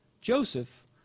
Joseph